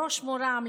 בראש מורם,